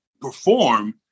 perform